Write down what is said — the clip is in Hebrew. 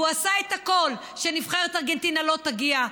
והוא עשה את הכול שנבחרת ארגנטינה לא תגיע: